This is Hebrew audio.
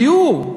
דיור.